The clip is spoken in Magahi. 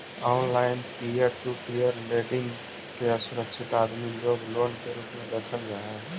online peer to peer lending के असुरक्षित आदमी लोग लोन के रूप में देखल जा हई